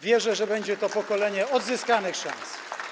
Wierzę, że będzie to pokolenie odzyskanych szans.